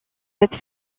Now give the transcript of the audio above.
cette